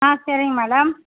ஆ சரிங்க மேடம்